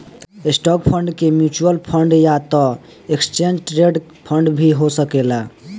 stock fund के mutual fund या त एक्सचेंज ट्रेड फंड भी हो सकेला